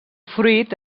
fruit